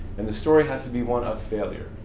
and the story has to be one of failure,